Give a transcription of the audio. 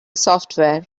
software